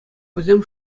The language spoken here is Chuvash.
вӗсем